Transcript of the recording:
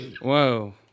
Whoa